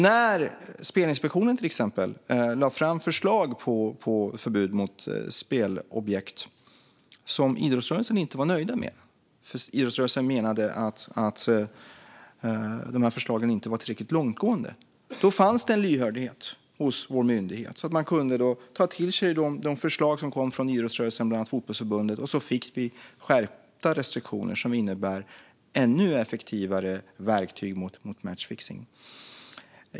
När Spelinspektionen till exempel lade fram förslag på förbud mot spelobjekt som idrottsrörelsen inte var nöjd med eftersom man menade att dessa förslag inte var tillräckligt långtgående fanns det en lyhördhet hos vår myndighet så att myndigheten kunde ta till sig de förslag som kom från idrottsrörelsen - bland annat från Svenska Fotbollförbundet - och så att vi fick skärpta restriktioner som innebar ännu effektivare verktyg mot matchfixning.